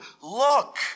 look